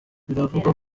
biravugwa